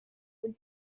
would